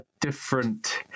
different